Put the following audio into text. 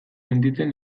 sentitzen